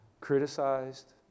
criticized